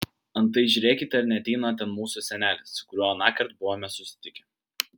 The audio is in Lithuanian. antai žiūrėkite ar neateina ten mūsų senelis su kuriuo anąkart buvome susitikę